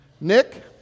Nick